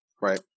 Right